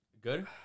Good